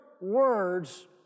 words